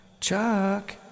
Chuck